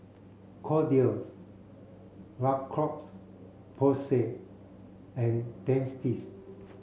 Kordel's La Porsay and Dentiste